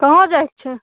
कहाँ जाए कऽ छै